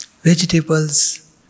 Vegetables